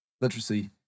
literacy